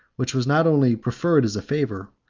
which was not only proffered as a favor,